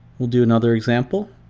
will do another example.